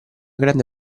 grande